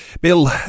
Bill